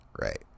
right